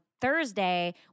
Thursday